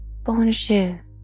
Bonjour